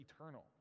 eternal